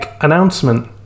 announcement